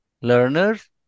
learners